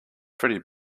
pretty